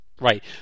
right